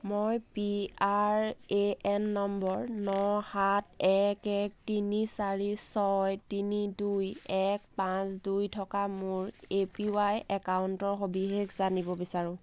মই P R A N number ন সাত এক এক তিনি চাৰি ছয় তিনি দুই এক পাঁচ দুই থকা মোৰ এ পি ৱাই একাউণ্টৰ সবিশেষ জানিব বিচাৰোঁ